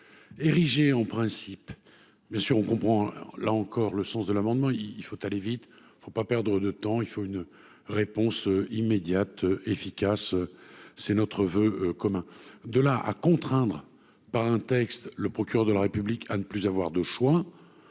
érigée en principe, bien sûr, on comprend là encore le sens de l'amendement, il faut aller vite, il ne faut pas perdre de temps, il faut une réponse immédiate, efficace, c'est notre voeu commun, de là à contraindre par un texte, le procureur de la République à ne plus avoir de choix,